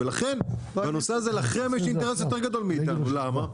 ולכן בנושא הזה לכם יש אינטרס הרבה יותר גדול מאיתנו למה?